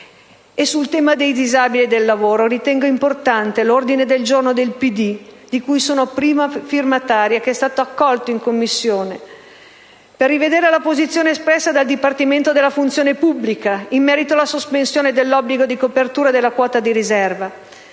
Sul tema dei disabili e del lavoro ritengo importante l'ordine del giorno del PD, di cui sono prima firmataria, accolto in Commissione, per rivedere la posizione espressa dal Dipartimento della funzione pubblica in merito alla sospensione dell'obbligo di copertura della quota di riserva,